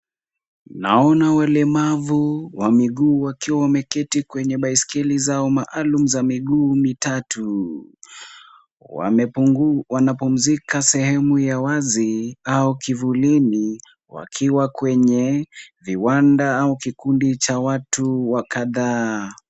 Naona walemavu wa miguu wakiwa wameketi kwenye baiskeli zao maalum za miguu mitatu. Wanapumzika sehemu ya wazi au kivulini wakiwa kwenye viwanda au kikundi cha watu kadhaa.